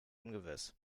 ungewiss